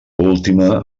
última